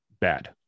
bad